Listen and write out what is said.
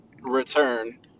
return